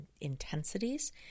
intensities